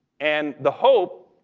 and the hope,